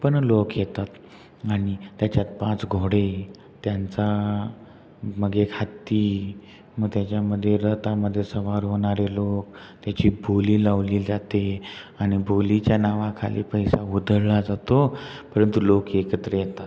पण लोक येतात आनि त्याच्यात पाच घोडे त्यांचा मागे एकहत्ती मग त्याच्यामध्ये रतामध्ये सवार होणारे लोक त्याची बोली लावली जाते आणि बोलीच्या नावाखाली पैसा उधळला जातो परंतु लोक एकत्र येतात